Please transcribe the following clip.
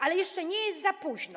Ale jeszcze nie jest za późno.